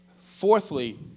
Fourthly